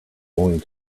going